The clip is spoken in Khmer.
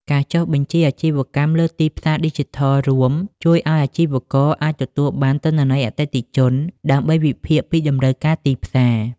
ការចុះបញ្ជីអាជីវកម្មលើទីផ្សារឌីជីថលរួម ជួយឱ្យអាជីវករអាចទទួលបានទិន្នន័យអតិថិជន ដើម្បីវិភាគពីតម្រូវការទីផ្សារ។